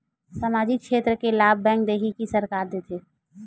सामाजिक क्षेत्र के लाभ बैंक देही कि सरकार देथे?